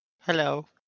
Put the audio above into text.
Hello